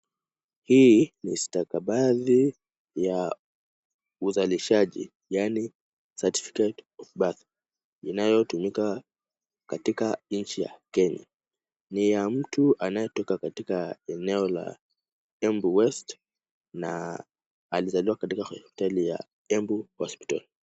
Hii ni stakabadhi ya uzalishaji yaani certificate of birth inayotumika katika nchi ya Kenya. Ni ya mtu anayetoka katika eneo la Embu west na alizaliwa katika hospitali ya Embu hospital .